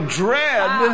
dread